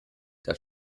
das